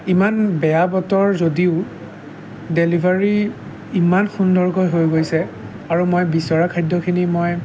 ইমান বেয়া বতৰ যদিও ডেলিভাৰী ইমান সুন্দৰকৈ হৈ গৈছে আৰু মই বিচৰা খাদ্যখিনি মই